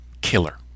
killer